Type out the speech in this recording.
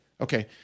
Okay